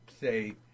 say